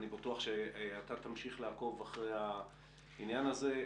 אני בטוח שאתה תמשיך לעקוב אחרי העניין הזה.